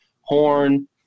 Horn